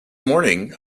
morning